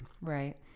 Right